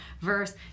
verse